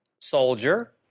soldier